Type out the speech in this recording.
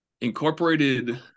incorporated